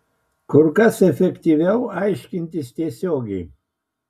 kur kas efektyviau aiškintis tiesiogiai